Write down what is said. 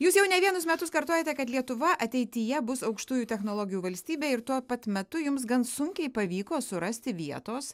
jūs jau ne vienus metus kartojate kad lietuva ateityje bus aukštųjų technologijų valstybė ir tuo pat metu jums gan sunkiai pavyko surasti vietos